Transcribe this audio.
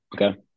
Okay